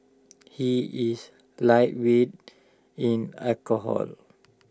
he is lightweight in alcohol